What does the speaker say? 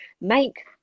make